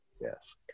yes